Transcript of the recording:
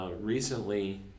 recently